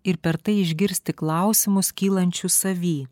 ir per tai išgirsti klausimus kylančius savy